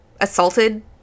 assaulted